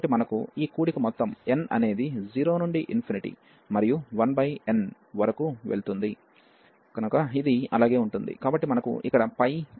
కాబట్టి మనకు ఈ కూడిక మొత్తం n అనేది 0 నుండి మరియు 1n వరకు వెళుతుంది కనుక ఇది అలాగే ఉంటుంది కాబట్టి మనకు ఇక్కడ కూడా ఉంది